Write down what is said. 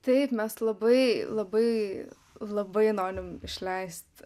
taip mes labai labai labai norim išleist